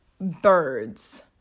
Birds